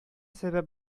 сәбәп